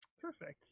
Perfect